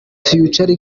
future